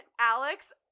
Alex